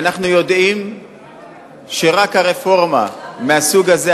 ואנחנו יודעים שרק הרפורמה מהסוג הזה,